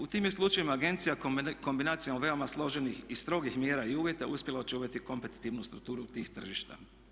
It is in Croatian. U tim je slučajevima agencija kombinacijom veoma složenih i strogih mjera i uvjeta uspjela očuvati kompetitivnu strukturu tih tržišta.